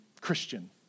Christian